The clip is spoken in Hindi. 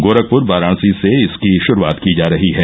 गोरखपुर वाराणसी से इसकी शुरूआत की जा रही है